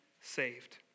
saved